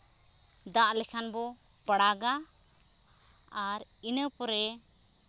ᱫᱟᱜ ᱞᱮᱠᱷᱟᱱ ᱵᱚ ᱯᱟᱲᱟᱜᱟ ᱟᱨ ᱤᱱᱟᱹ ᱯᱚᱨᱮ